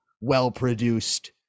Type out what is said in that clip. well-produced